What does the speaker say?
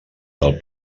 del